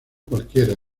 cualquiera